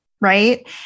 Right